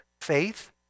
faith